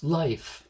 life